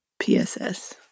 PSS